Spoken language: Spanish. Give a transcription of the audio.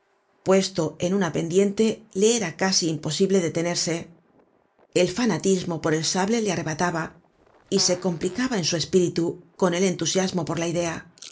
puesto en una pendiente le era casi imposible detenerse el fanatismo por el sable le arrebataba y se complicaba en su espíritu con el entusiasmo por la idea